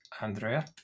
Andrea